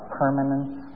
permanence